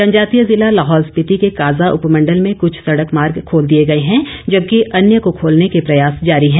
जनजातीय ज़िला लाहौल स्पीति के काजा उपमंडल में कुछ सड़क मार्ग खोल दिए गए हैं जबकि अन्य को खोलने के प्रयास जारी है